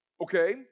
Okay